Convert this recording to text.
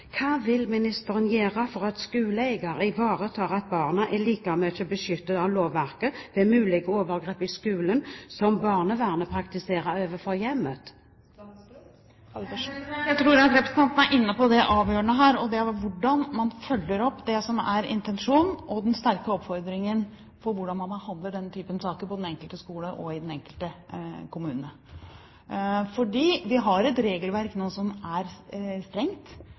Hva vil ministeren gjøre for at skoleeier ivaretar dette at barna er beskyttet av lovverket ved mulige overgrep i skolen, slik barnevernet praktiserer det overfor hjemmet? Jeg tror representanten er inne på det avgjørende her: hvordan man følger opp det som er intensjonen, og den sterke oppfordringen som gjelder hvordan man behandler denne typen saker på den enkelte skole og i den enkelte kommune. For vi har nå et regelverk som er strengt.